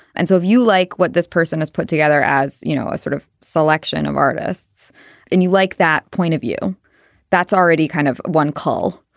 and so if you like what this person has put together as you know a sort of selection of artists and you like that point of view that's already kind of one call.